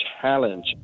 challenge